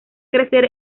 crecer